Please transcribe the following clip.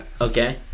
Okay